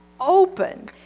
open